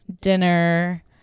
dinner